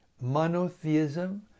MONOTHEISM